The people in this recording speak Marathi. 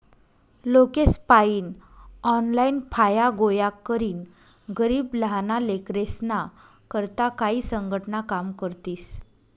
लोकेसपायीन ऑनलाईन फाया गोया करीन गरीब लहाना लेकरेस्ना करता काई संघटना काम करतीस